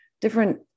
different